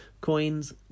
Coins